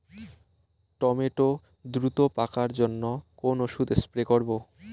Tomato দ্রুত পাকার জন্য কোন ওষুধ স্প্রে করব?